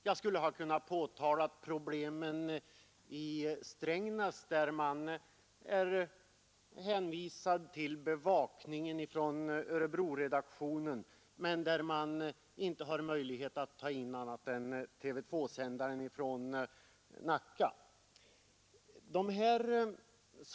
Jag skulle ha kunnat påtala problemen i Strängnäs, där man är hänvisad till bevakningen från Örebroredaktionen och där man bara har möjlighet att se TV 2 från sändaren i Nacka.